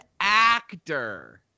actor